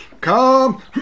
Come